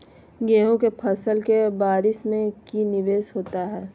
गेंहू के फ़सल के बारिस में की निवेस होता है?